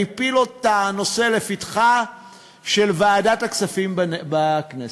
והפיל את הנושא לפתחה של ועדת הכספים בכנסת.